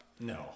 No